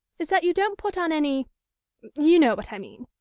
is that you don't put on any you know what i mean.